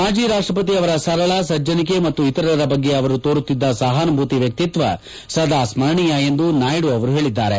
ಮಾಜಿ ರಾಷ್ಟಪತಿ ಅವರ ಸರಳ ಸಜ್ಜನಿಕೆ ಮತ್ತು ಇತರರ ಬಗ್ಗೆ ಅವರು ತೋರುತ್ತಿದ್ದ ಸಹಾನುಭೂತಿ ವ್ಚಿಕ್ವ ಸದಾ ಸ್ಕರಣೀಯ ಎಂದು ನಾಯ್ದು ಅವರು ಹೇಳಿದ್ದಾರೆ